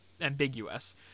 ambiguous